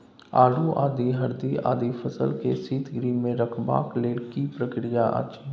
आलू, आदि, हरदी आदि फसल के शीतगृह मे रखबाक लेल की प्रक्रिया अछि?